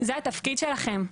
זה התפקיד שלכם,